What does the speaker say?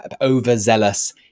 overzealous